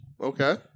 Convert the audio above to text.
okay